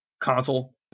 console